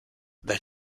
their